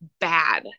bad